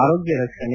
ಆರೀಗ್ಯ ರಕ್ಷಣೆ